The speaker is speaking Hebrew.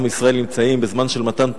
עם ישראל נמצאים בזמן של מתן תורה,